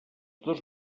dos